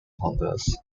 holders